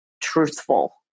truthful